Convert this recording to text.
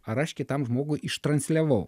ar aš kitam žmogui ištransliavau